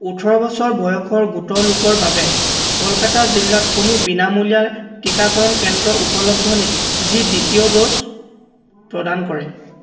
ওঠৰ বছৰ বয়সৰ গোটৰ লোকৰ বাবে কলকাতা জিলাত কোনো বিনামূলীয়া টীকাকৰণ কেন্দ্ৰ উপলব্ধ নেকি যি দ্বিতীয় ড'জ প্ৰদান কৰে